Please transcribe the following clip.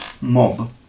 mob